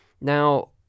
Now